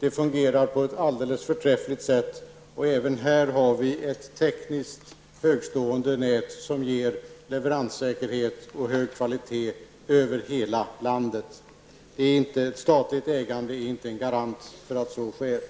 Det fungerar på ett alldeles förträffligt sätt. Även här har vi ett tekniskt högtstående nät, som ger leveranssäkerhet med hög kvalitet över hela landet. Statligt ägande är inte en garanti för att så sker.